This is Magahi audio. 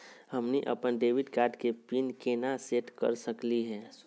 हमनी अपन डेबिट कार्ड के पीन केना सेट कर सकली हे?